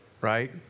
Right